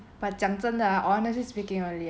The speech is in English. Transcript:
but 讲真的 ah honestly speaking only ah